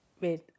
wait